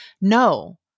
No